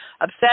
upset